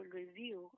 review